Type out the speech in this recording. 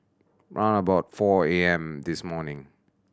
round about four A M this morning